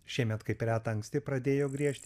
šiemet kaip reta anksti pradėjo griežti